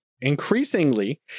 increasingly